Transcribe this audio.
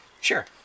Sure